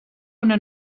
una